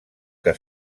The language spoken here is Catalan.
que